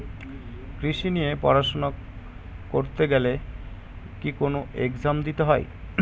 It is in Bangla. কৃষি নিয়ে পড়াশোনা করতে গেলে কি কোন এগজাম দিতে হয়?